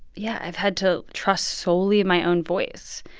yeah, i've had to trust solely my own voice.